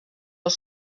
els